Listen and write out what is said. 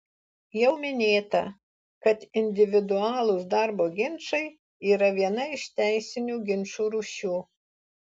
jau minėta kad individualūs darbo ginčai yra viena iš teisinių ginčų rūšių